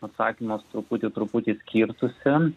atsakymas truputį truputį skirtųsi